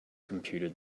computed